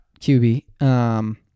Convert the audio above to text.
QB